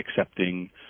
accepting